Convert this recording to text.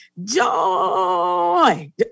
Joy